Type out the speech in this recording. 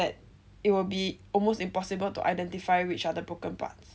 it will be almost impossible to identify which are the broken parts